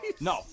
No